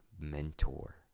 mentor